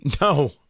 No